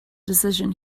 decision